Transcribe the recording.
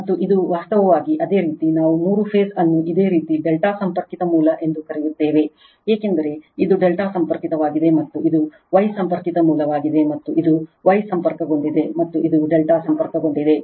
ಮತ್ತು ಇದು ವಾಸ್ತವವಾಗಿ ಅದೇ ರೀತಿ ನಾವು ಮೂರು ಫೇಸ್ ಅನ್ನು ಇದೇ ರೀತಿ ∆ ಸಂಪರ್ಕಿತ ಮೂಲ ಎಂದು ಕರೆಯುತ್ತೇವೆ ಏಕೆಂದರೆ ಇದು ∆ ಸಂಪರ್ಕಿತವಾಗಿದೆ ಮತ್ತು ಇದು Y ಸಂಪರ್ಕಿತ ಮೂಲವಾಗಿದೆ ಮತ್ತು ಇದು Y ಸಂಪರ್ಕಗೊಂಡಿದೆ ಮತ್ತು ಇದು ∆ ಸಂಪರ್ಕಗೊಂಡಿದೆ